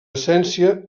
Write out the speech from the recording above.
essència